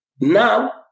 Now